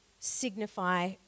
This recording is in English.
signify